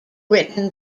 written